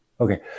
okay